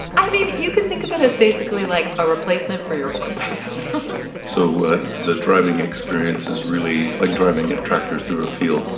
i mean, you can think of it as, basically, like a replacement for your horse so the driving experience is really like driving and a tractor through a field.